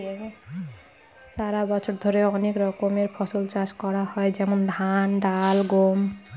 সারা বছর ধরে অনেক রকমের ফসল চাষ করা হয় যেমন ধান, ডাল, গম